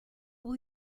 will